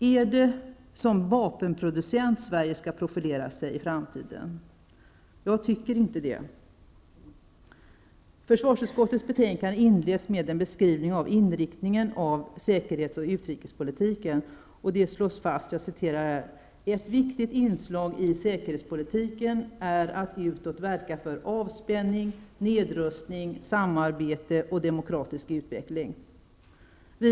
Är det som vapenproducent Sverige skall profilera sig i framtiden? Jag tycker inte det. Försvarsutskottets betänkande inleds med en beskrivning av inriktningen av säkerhets och utrikespolitiken. Det slås fast: ''Ett viktigt inslag i säkerhetspolitiken är att utåt verka för avspänning, nedrustning, samarbete och demokratisk utveckling.''